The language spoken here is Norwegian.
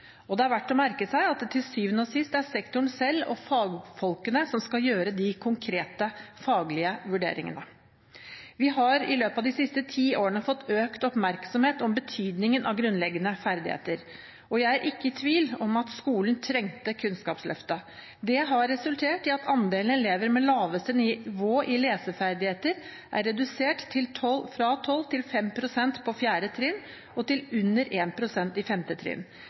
Og det er verdt å merke seg at det til syvende og sist er sektoren selv og fagfolkene som skal gjøre de konkrete faglige vurderingene. Vi har i løpet av de siste ti årene fått økt oppmerksomhet om betydningen av grunnleggende ferdigheter. Jeg er ikke i tvil om at skolen trengte Kunnskapsløftet. Det har resultert i at andelen elever med laveste nivå i leseferdigheter er redusert fra 12 pst. til 5 pst. på 4. trinn og til under 1 pst. på 5. trinn.